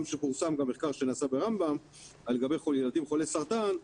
גם מחקר שפורסם שנעשה ברמב"ם לגבי ילדים חולי סרטן,